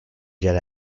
jet